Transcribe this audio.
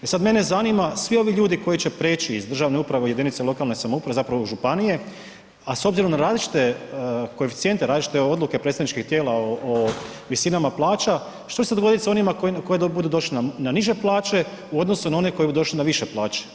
E sad, mene zanima, svi ovi ljudi koji će preći iz državne uprave u jedinice lokalne samouprave, zapravo županije, a s obzirom na različite koeficijente, različite odluke predstavničkih tijela o visinama plaća, što će se dogoditi s onima koji budu došli na niže plaće u odnosu na one koji će doći na više plaće?